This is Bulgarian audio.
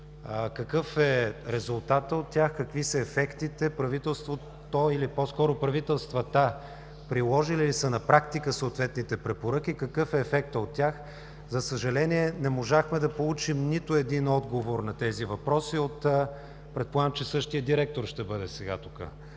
какъв е резултатът от тях, какви са ефектите; правителството или по-скоро правителствата приложили ли са на практика съответните препоръки, какъв е ефектът от тях? За съжаление, не можахме да получим нито един отговор на тези въпроси от… Предполагам, че сега тук ще бъде същият